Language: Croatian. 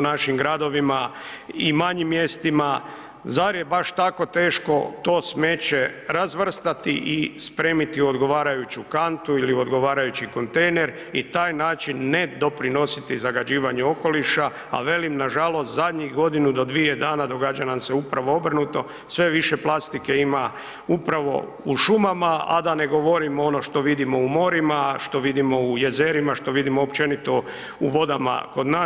našim gradovima i manjim mjestima, zar je baš tako teško to smeće razvrstati i spremiti u odgovarajuću kantu ili odgovarajući kontejner i taj način ne doprinositi zagađivanju okoliša, a velim nažalost zadnjih godinu do dvije dana događa nam se upravo obrnuto sve više plastike ima upravo u šumama, a da ne govorim ono što vidimo u morima, što vidimo u jezerima, što vidimo općenito u vodama kod nas.